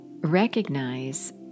recognize